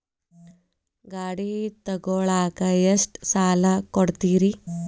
ಗಾಡಿ ತಗೋಳಾಕ್ ಎಷ್ಟ ಸಾಲ ಕೊಡ್ತೇರಿ?